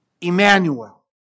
Emmanuel